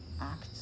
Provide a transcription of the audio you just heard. act